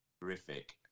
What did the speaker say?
Terrific